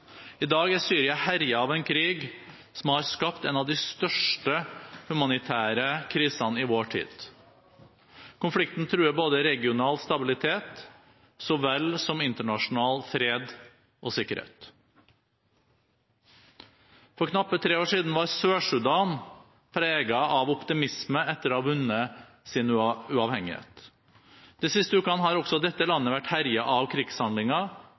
I dag er Syria herjet av en krig som har skapt en av de største humanitære krisene i vår tid. Konflikten truer både regional stabilitet så vel som internasjonal fred og sikkerhet. For knappe tre år siden var Sør-Sudan preget av optimisme etter å ha vunnet sin uavhengighet. De siste ukene har også dette landet vært herjet av krigshandlinger